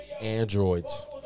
androids